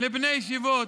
לבני ישיבות.